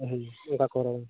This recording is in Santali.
ᱦᱳᱭ ᱚᱱᱠᱟ ᱠᱚ ᱦᱚᱨᱚᱜᱼᱟ